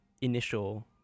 initial